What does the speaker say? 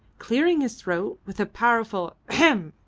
clearing his throat with a powerful hem!